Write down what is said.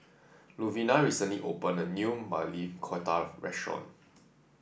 Louvenia recently opened a new Maili Kofta Restaurant